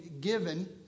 given